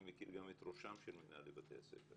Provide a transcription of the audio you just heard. אני מכיר גם את ראשם של מנהלי בתי הספר.